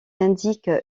indique